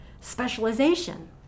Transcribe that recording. specialization